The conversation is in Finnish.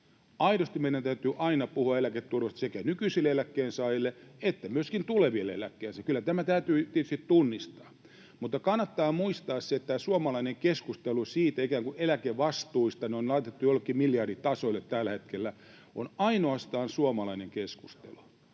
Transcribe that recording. aidosti meidän täytyy aina puhua eläketurvasta sekä nykyisille eläkkeensaajille että myöskin tuleville eläkkeensaajille. Kyllä tämä täytyy tietysti tunnistaa. Mutta kannattaa muistaa se, että tämä suomalainen keskustelu ikään kuin eläkevastuista — ne on laitettu jollekin miljarditasolle tällä hetkellä — on ainoastaan suomalainen keskustelu,